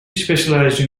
specialised